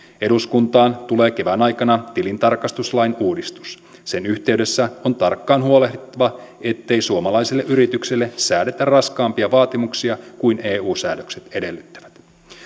eduskuntaan tulee kevään aikana tilintarkastuslain uudistus sen yhteydessä on tarkkaan huolehdittava ettei suomalaisille yrityksille säädetä raskaampia vaatimuksia kuin eu säädökset edellyttävät